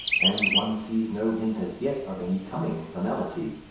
and one sees no hint as yet of any coming finality.